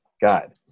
God